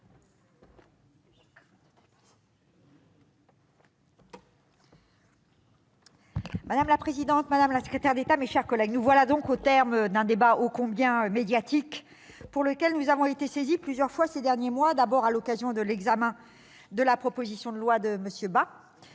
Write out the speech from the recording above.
Madame la présidente, madame la secrétaire d'État, mes chers collègues, nous voici donc au terme d'un débat ô combien médiatique, dont nous avons été saisis plusieurs fois ces derniers mois : d'abord à l'occasion de l'examen de la proposition de loi de M. Bas,